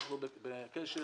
אנחנו בקשר